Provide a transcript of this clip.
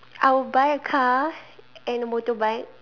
I will buy a car and a motorbike